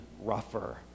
rougher